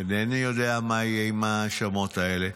אינני יודע מה יהיה עם ההאשמות האלה.